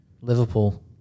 Liverpool